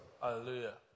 Hallelujah